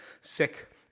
sick